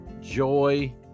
joy